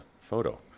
photo